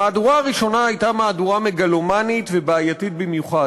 המהדורה הראשונה הייתה מהדורה מגלומנית ובעייתית במיוחד.